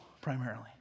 primarily